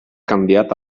canviat